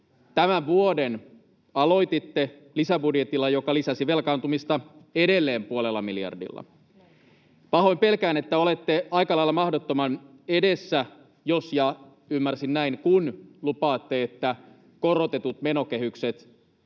Tämän vuoden aloititte lisäbudjetilla, joka lisäsi velkaantumista edelleen puolella miljardilla. Pahoin pelkään, että olette aika lailla mahdottoman edessä, jos ja — ymmärsin näin — kun lupaatte, että korotetut menokehykset